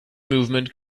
movement